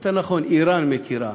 יותר נכון איראן, מכירה,